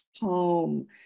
home